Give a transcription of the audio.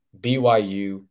BYU